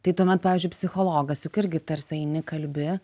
tai tuomet pavyzdžiui psichologas juk irgi tarsi eini kalbi